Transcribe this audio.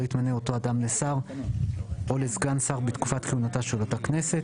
לא יתמנה אותו אדם לשר או לסגן שר בתקופת כהונתה של אותה כנסת.